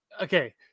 okay